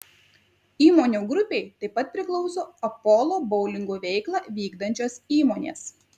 įmonių grupei taip pat priklauso apolo boulingų veiklą vykdančios įmonės